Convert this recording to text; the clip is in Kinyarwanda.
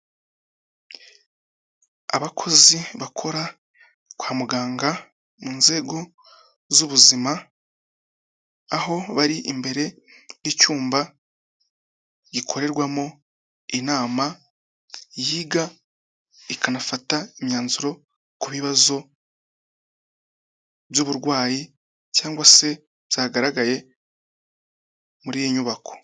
Abakozi bakora kwa muganga mu nzego z'ubuzima aho bari imbere y'icyumba gikorerwamo inama yiga ikanafata imyanzuro ku bibazo by'uburwayi cyangwa se byagaragaye muri iyi nyubako.